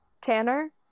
Tanner